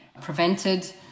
prevented